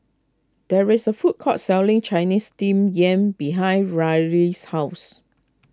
there is a food court selling Chinese Steamed Yam behind Ryleigh's house